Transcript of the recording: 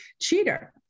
cheater